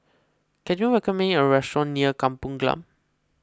can you recommend me a restaurant near Kampung Glam